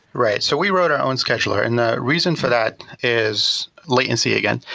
right, so we wrote our own scheduler and the reason for that is latency again.